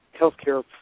healthcare